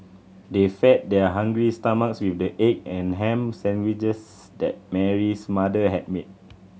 they fed their hungry stomachs with the egg and ham sandwiches that Mary's mother had made